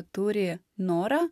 turi norą